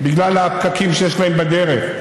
בגלל הפקקים שיש להם בדרך.